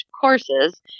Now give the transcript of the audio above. courses